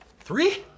Three